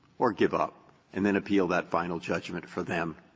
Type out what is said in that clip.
or give up and then appeal that final judgment for them.